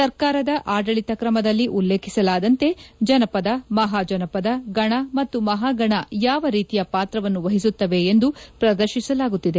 ಸರ್ಕಾರದ ಆದಳಿತ ಕ್ರಮದಲ್ಲಿ ಉಲ್ಲೇಖಿಸಲಾದಂತೆ ಜಿನಪದ ಮಹಾಜನಪದ ಗಣ ಮತ್ತು ಮಹಾಗಣ ಯಾವ ರೀತಿಯ ಪಾತ್ರವನ್ನು ವಹಿಸುತ್ತವೆ ಎಂದು ಪ್ರದರ್ಶಿಸಲಾಗುತ್ತಿದೆ